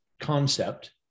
concept